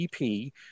EP